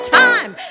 time